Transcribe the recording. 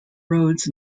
roads